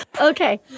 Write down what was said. Okay